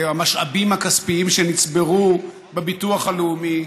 המשאבים הכספיים שנצברו בביטוח הלאומי.